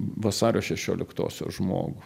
vasario šešioliktosios žmogų